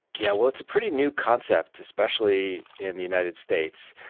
yeah, well it's a pretty new concept, especially in the united states.